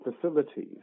facilities